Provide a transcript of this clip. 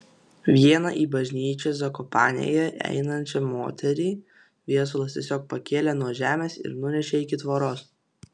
vieną į bažnyčią zakopanėje einančią moterį viesulas tiesiog pakėlė nuo žemės ir nunešė iki tvoros